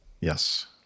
Yes